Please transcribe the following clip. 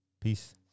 Peace